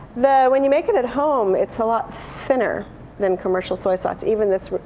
when you make it at home it's a lot thinner than commercial soy sauce. even this.